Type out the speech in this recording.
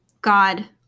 God